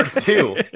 two